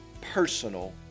personal